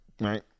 Right